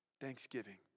Thanksgiving